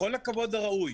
בכל הכבוד הראוי,